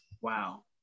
wow